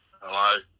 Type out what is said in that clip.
Hello